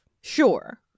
Sure